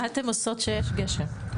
מה אתם עושים כשיש גשם?